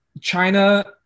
china